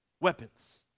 Weapons